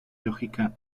lógica